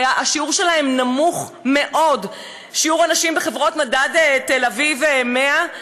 השיעור שלהן נמוך מאוד: שיעור הנשים בחברות מדד תל-אביב 100,